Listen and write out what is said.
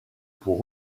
pour